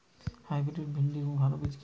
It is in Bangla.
হাইব্রিড ভিন্ডির ভালো বীজ কি?